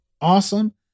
awesome